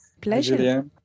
Pleasure